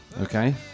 okay